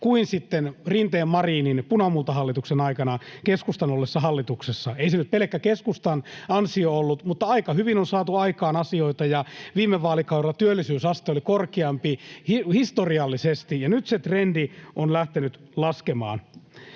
sitten Rinteen—Marinin punamultahallituksen aikana, keskustan ollessa hallituksessa. Ei se nyt pelkkä keskustan ansio ollut, mutta aika hyvin on saatu aikaan asioita, ja viime vaalikaudella työllisyysaste oli korkeampi historiallisesti. Nyt se trendi on lähtenyt laskemaan.